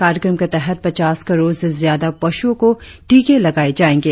कार्यक्रम के तहत पचास करोड़ से ज्यादा पशुओं को टीके लगाए जाएंगे